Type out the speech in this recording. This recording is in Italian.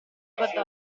guardò